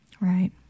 Right